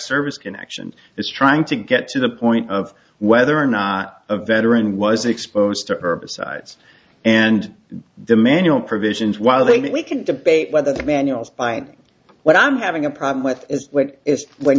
service connection is trying to get to the point of whether or not a veteran was exposed to herbicides and the manual provisions while they that we can debate whether the manuals by what i'm having a problem with is what is when